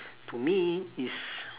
to me it's